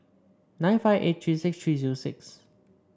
nine five eight three six three zero six